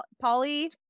Polly